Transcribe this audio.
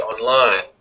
online